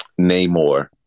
Namor